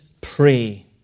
pray